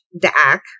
Dak